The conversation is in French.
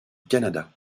canada